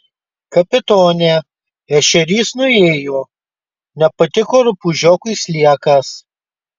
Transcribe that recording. kapitone ešerys nuėjo nepatiko rupūžiokui sliekas